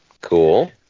Cool